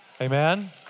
Amen